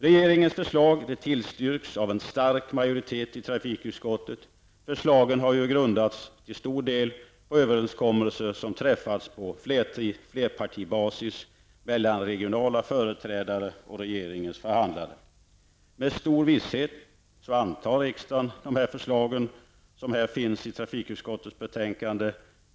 Regeringens förslag tillstyrks av en stark majoritet i trafikutskottet. Förslagen har ju grundats till stor del på överenskommelser som träffats på flerpartibasis mellan regionala företrädare och regeringens förhandlare. Med stor visshet antar riksdagen de förslag som här finns i trafikutskottets betänkande.